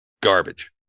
Garbage